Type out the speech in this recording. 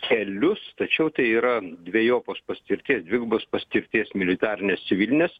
kelius tačiau tai yra dvejopos paskirties dvigubos paskirties militarinis civilinis